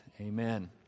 Amen